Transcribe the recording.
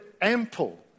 ample